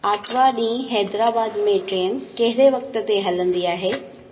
आर्तवारु ॾींहुं हैदराबाद में ट्रेन कहिड़े वक़्त ते हलंदी आहे